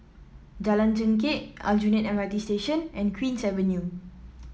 Jalan Chengkek Aljunied M R T Station and Queen's Avenue